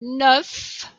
neuf